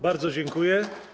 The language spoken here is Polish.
Bardzo dziękuję.